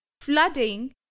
flooding